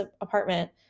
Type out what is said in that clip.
apartment